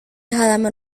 halaman